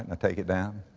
and take it down.